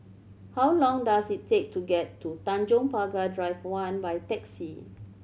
how long does it take to get to Tanjong Pagar Drive One by taxi